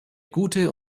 gute